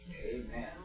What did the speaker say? amen